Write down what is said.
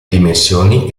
dimensioni